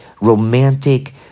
romantic